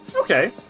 Okay